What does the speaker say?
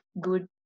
Good